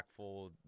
impactful